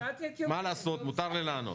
מה לעשות, מותר לי לענות.